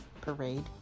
Parade